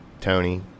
Tony